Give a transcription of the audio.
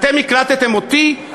אתם הקלטתם אותי.